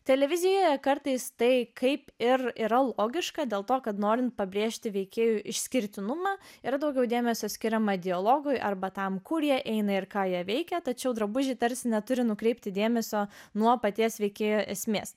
televizijoje kartais tai kaip ir yra logiška dėl to kad norint pabrėžti veikėjų išskirtinumą ir daugiau dėmesio skiriama dialogui arba tam kurie eina ir ką jie veikia tačiau drabužiai tarsi neturi nukreipti dėmesio nuo paties veikėjo esmės